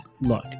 Look